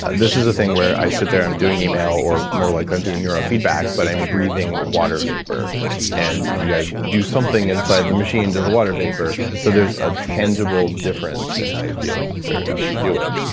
this a thing where i sit there. i'm doing email, or more likely i'm doing neuro feedback, but i'm breathing water vapor and you guys do something inside the machine to the water vapor so there's a tangible difference in how you feel after, after you do it.